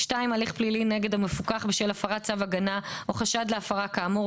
(2)הליך פלילי נגד המפוקח בשל הפרת צו הגנה או חשד להפרה כאמור,